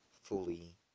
fully